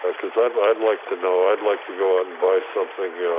ah cause i'd i'd like to know, i'd like to go out and buy something.